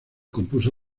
compuso